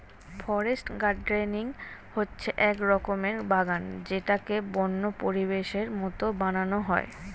forest gardening হচ্ছে এক রকমের বাগান যেটাকে বন্য পরিবেশের মতো বানানো হয়